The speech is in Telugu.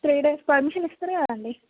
త్రీ డేస్ పర్మిషన్ ఇస్తారు కదా అండి